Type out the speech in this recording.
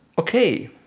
Okay